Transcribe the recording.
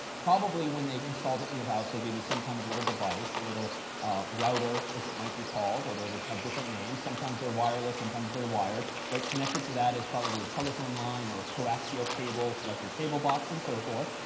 probably when they installed it in your house they gave you some kind of little device. a little router as it might be called. although they have different names. sometimes they're wireless, sometimes they're wired. but connected to that is probably a telephone line or a coaxial cable, like your cable box and so forth.